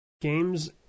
games